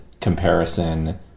comparison